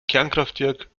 kernkraftwerk